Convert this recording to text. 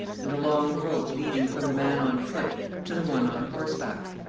and a long rope leading from the man on foot to the one on horseback.